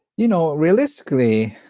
you know, realistically,